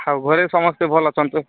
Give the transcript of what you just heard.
ଆଉ ଘରେ ସମସ୍ତେ ଭଲ ଅଛନ୍ତି ତ